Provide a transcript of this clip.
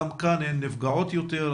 גם כאן הן נפגעות יותר.